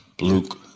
Luke